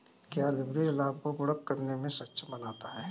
क्या लिवरेज लाभ को गुणक करने में सक्षम बनाता है?